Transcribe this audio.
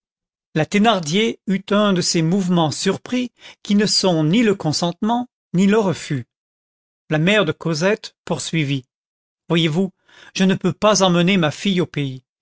la thénardier eut un de ces mouvements surpris qui ne sont ni le consentement ni le refus la mère de cosette poursuivit voyez-vous je ne peux pas emmener ma fille au pays